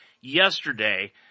yesterday